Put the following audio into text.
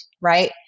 right